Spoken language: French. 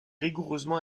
rigoureusement